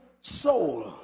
soul